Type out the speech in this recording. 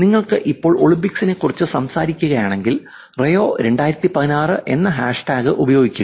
നിങ്ങൾക്ക് ഇപ്പോൾ ഒളിമ്പിക്സിനെക്കുറിച്ച് സംസാരിക്കണമെങ്കിൽ റിയോ 2016 എന്ന ഹാഷ്ടാഗ് ഉപയോഗിക്കുക